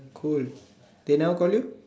cool they never call you